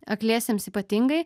akliesiems ypatingai